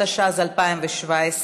התשע"ז 2017,